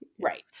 right